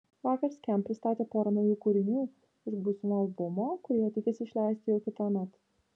vakar skamp pristatė porą naujų kūrinių iš būsimo albumo kurį jie tikisi išleisti jau kitąmet